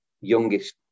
youngest